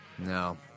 No